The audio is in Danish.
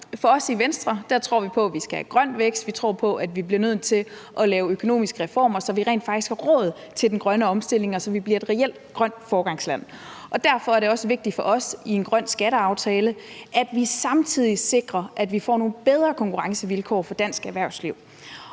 koster. I Venstre tror vi på, at vi skal have grøn vækst; vi tror på, at vi bliver nødt til at lave økonomiske reformer, så vi rent faktisk har råd til den grønne omstilling, og så vi bliver et reelt grønt foregangsland. Og derfor er det også vigtigt for os i en grøn skatteaftale, at vi samtidig sikrer, at vi får nogle bedre konkurrencevilkår for dansk erhvervsliv.